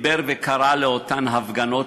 דיבר וקרא לאותן הפגנות,